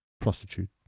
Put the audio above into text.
prostitute